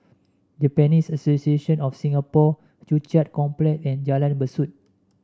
Japanese Association of Singapore Joo Chiat Complex and Jalan Besut